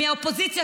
מהאופוזיציה,